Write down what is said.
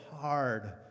hard